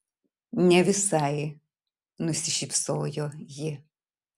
ne visai nusišypsojo ji